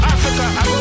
Africa